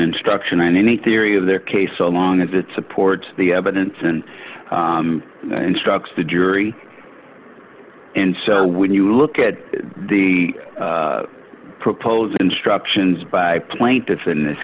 instruction or any theory of their case so long as it supports the evidence and struck the jury and so when you look at the proposed instructions by plaintiffs in this